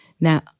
Now